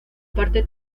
parte